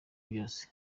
byose